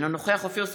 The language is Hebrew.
אינו נוכח אופיר סופר,